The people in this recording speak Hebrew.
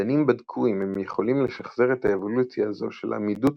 מדענים בדקו אם הם יכולים לשחזר את האבולוציה הזו של עמידות